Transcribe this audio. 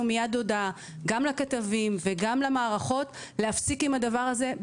מיד הודעה לכתבים ולמערכות להפסיק עם הדבר הזה.